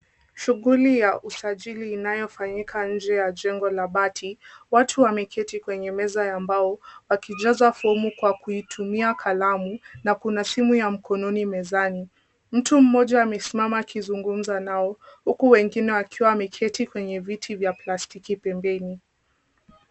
Shughuli ya usajili inayofanyika nje ya jengo la bati. Watu wameketi kwenye meza ya mbao wakijaza fomu kwa kuitumia kalamu, na kuna simu ya mkononi mezani. Mtu mmoja amesimama akizungumza nao, huku wengine wakiwa wameketi kwenye viti vya plastiki pembeni.